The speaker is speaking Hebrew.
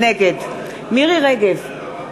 נגד מירי רגב,